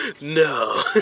no